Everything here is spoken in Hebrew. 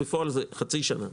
בפועל, זה חצי שנה.